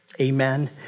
Amen